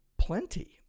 plenty